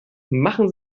machen